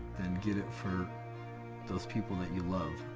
then get it for those people that you love.